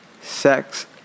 sex